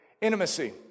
Intimacy